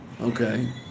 okay